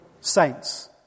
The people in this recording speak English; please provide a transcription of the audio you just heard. saints